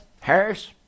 Harris